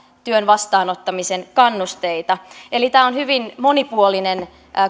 työn vastaanottamisen kannusteita eli tämä on hyvin monipuolinen